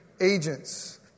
agents